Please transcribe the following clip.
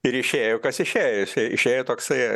ir išėjo kas išėjo jisai išėjo toksai